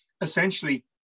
essentially